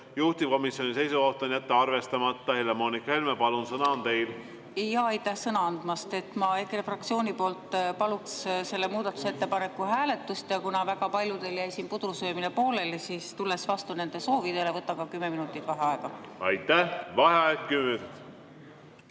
Juhtivkomisjoni seisukoht on jätta arvestamata. Helle-Moonika Helme, palun! Sõna on teil. Aitäh sõna andmast! Ma EKRE fraktsiooni poolt paluks selle muudatusettepaneku hääletust ja kuna väga paljudel jäi pudru söömine pooleli, siis tulles vastu nende soovidele, võtame kümme minutit vaheaega. Aitäh sõna andmast!